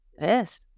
yes